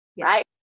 right